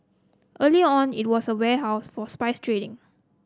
earlier on it was a warehouse for spice trading